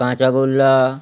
কাঁচাগোল্লা